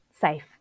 safe